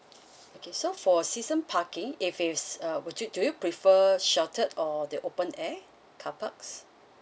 okay so for season parking if it's a would you prefer sheltered or the open air carpark